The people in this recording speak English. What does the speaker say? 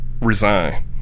resign